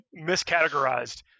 miscategorized